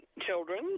children